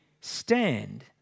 stand